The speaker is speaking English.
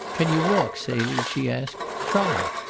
can you walk, celie? she asked. try!